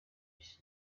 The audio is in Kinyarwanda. gutyo